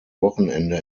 wochenende